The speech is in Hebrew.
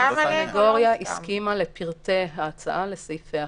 הסנגוריה הסכימה לפרטי ההצעה, לסעיפי החוק.